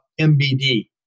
MBD